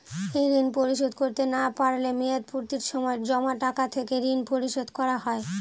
এই ঋণ পরিশোধ করতে না পারলে মেয়াদপূর্তির সময় জমা টাকা থেকে ঋণ পরিশোধ করা হয়?